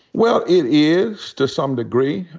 well, it is to some degree,